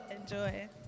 Enjoy